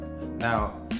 Now